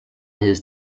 his